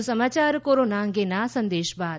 વધુ સમાચાર કોરોના અંગેના આ સંદેશ બાદ